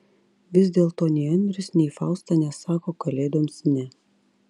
vis dėlto nei andrius nei fausta nesako kalėdoms ne